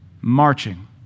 marching